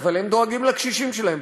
אבל הם דואגים לקשישים שלהם.